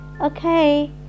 Okay